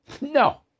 No